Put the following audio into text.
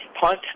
punt